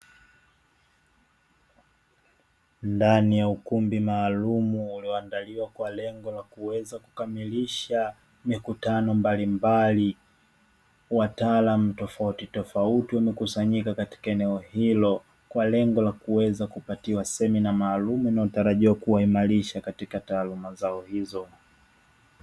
Ndani ya ukumbi maalumu ulioandaliwa kwa lengo la kuweza kukamilisha mikutano malimbali, wataalamu tofautitofauti wamekusanyika katika eneo hilo kwa lengo la kuweza kupatiwa semina maalumu, inayotarajiwa kuwaimarisha katika taaluma zao hizo.